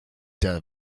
der